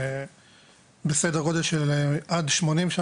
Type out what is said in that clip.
בבדר גודל של עד 80,